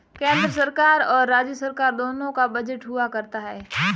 केन्द्र सरकार और राज्य सरकार दोनों का बजट हुआ करता है